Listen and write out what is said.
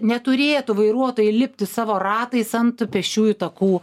neturėtų vairuotojai lipti savo ratais ant pėsčiųjų takų